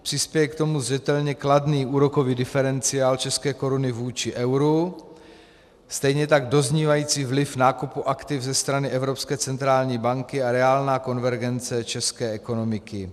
Přispěje k tomu zřetelně kladný úrokový diferenciál české koruny vůči euru, stejně tak doznívající vliv nákupu aktiv ze strany Evropské centrální banky a reálná konvergence české ekonomiky.